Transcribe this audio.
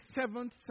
seventh